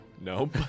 Nope